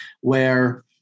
where-